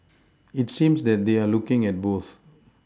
it seems that they're looking at both